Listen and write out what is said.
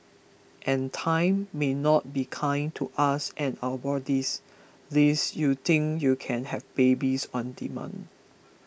and time may not be kind to us and our bodies lest you think you can have babies on demand